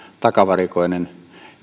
takavarikoiminen